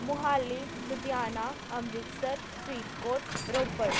Mohali Ludhiana Amritsar Faridkot Ropar